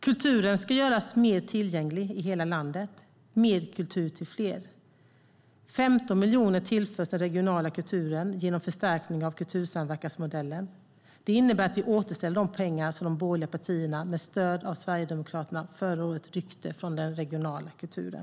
Kulturen ska göras mer tillgänglig i hela landet. Mer kultur till fler! 15 miljoner tillförs den regionala kulturen genom förstärkning av kultursamverkansmodellen. Det innebär att vi återställer de pengar som de borgerliga partierna med stöd av Sverigedemokraterna förra året ryckte från den regionala kulturen.